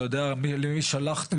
אתה יודע למי שלחתם?